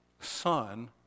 Son